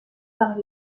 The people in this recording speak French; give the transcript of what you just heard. par